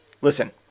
listen